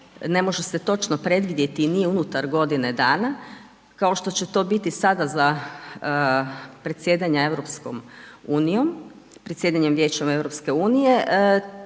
ne može se točno predvidjeti i nije unutar godine dana, kao što će to biti sada za predsjedanjem vijećem EU,